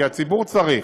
כי הציבור צריך,